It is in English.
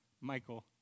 Michael